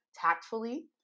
tactfully